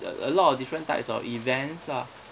uh a lot of different types of events ah